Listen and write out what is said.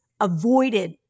avoided